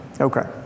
Okay